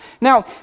Now